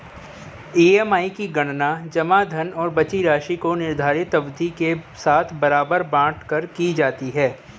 EMI की गणना जमा धन और बची राशि को निर्धारित अवधि के साथ बराबर बाँट कर की जाती है